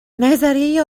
نظریه